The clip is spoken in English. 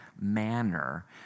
manner